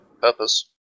purpose